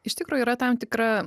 iš tikro yra tam tikra